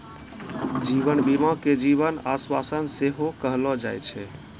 जीवन बीमा के जीवन आश्वासन सेहो कहलो जाय छै